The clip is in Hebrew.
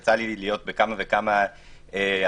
יצא לי להיות בכמה וכמה הרצאות